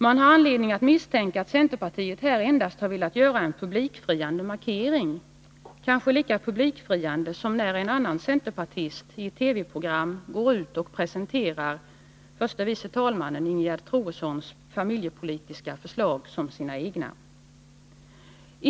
Man har anledning misstänka att centerpartiet här endast har velat göra en publikfriande markering, kanske lika publikfriande som när en annan centerpartist i ett TV-program presenterade förste vice talmannen Ingegerd Troedssons familjepolitiska förslag som sitt eget.